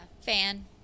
fan